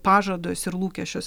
pažadus ir lūkesčius